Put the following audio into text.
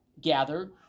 gathered